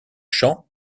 champ